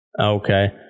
Okay